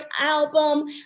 album